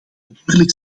natuurlijk